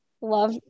love